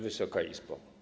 Wysoka Izbo!